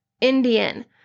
Indian